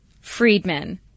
Friedman